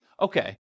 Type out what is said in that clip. okay